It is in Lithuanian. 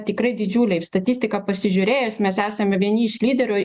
tikrai didžiuliai statistika pasižiūrėjus mes esame vieni iš lyderių